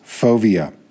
fovea